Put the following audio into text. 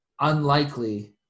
unlikely